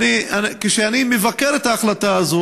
כשאני מבקר את ההחלטה הזאת,